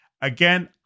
Again